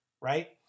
right